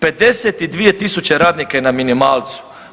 52 tisuće radnika je na minimalcu.